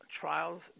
Trials